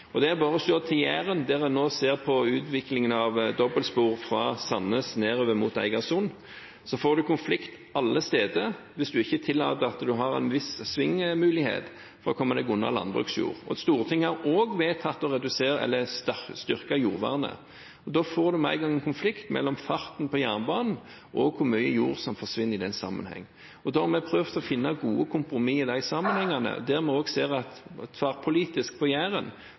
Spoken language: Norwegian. det gjelder hvilket trasévalg en går inn for. Det er bare å se til Jæren, der en nå ser på utviklingen av dobbeltspor fra Sandnes og nedover mot Egersund. Der får en konflikt alle steder hvis en ikke tillater at en har en viss svingmulighet for å komme seg unna landbruksjord. Stortinget har også vedtatt å styrke jordvernet, og da får en med en gang en konflikt mellom farten på jernbanen og hvor mye jord som forsvinner i den sammenheng. Vi har prøvd å finne gode kompromisser i de sammenhengene, der vi også ser at tverrpolitisk på